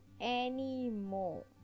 anymore